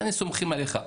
אנחנו סומכים עליך.